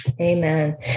Amen